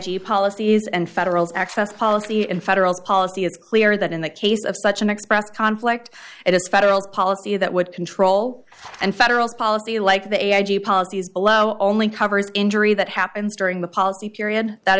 the policies and federals access policy and federal policy it's clear that in the case of such an express conflict it is federal policy that would control and federal policy like the a g policies below only covers injury that happens during the policy period that